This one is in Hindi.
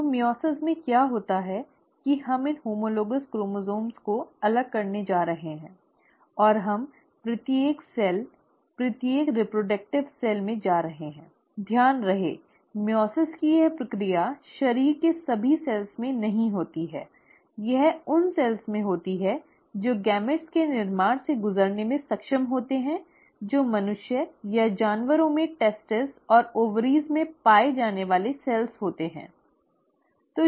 तो मइओसिस में क्या होता है की हम इन होमोलोगॅस क्रोमोसोम् को अलग करने जा रहे हैं और हम प्रत्येक कोशिका प्रत्येक प्रजनन कोशिका में जा रहे हैं ध्यान रहे मइओसिस की यह प्रक्रिया शरीर की सभी कोशिकाओं में नहीं होती है यह उन कोशिकाओं में होती है जो युग्मकों के निर्माण से गुजरने में सक्षम होती हैं जो मनुष्य या जानवरों में वृषण और अंडाशय में पाई जाने वाली कोशिकाएं होती हैं